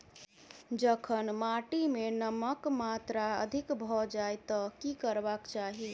जखन माटि मे नमक कऽ मात्रा अधिक भऽ जाय तऽ की करबाक चाहि?